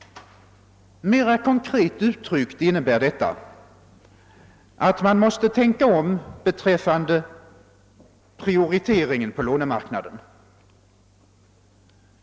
Mera konkret uttryckt innebär detta att man måste tänka om beträffande prioriteringeh på lånemarknaden.